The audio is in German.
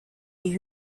die